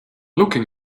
looking